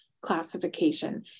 classification